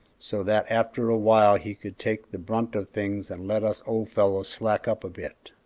so that after a while he could take the brunt of things and let us old fellows slack up a bit.